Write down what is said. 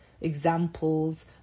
examples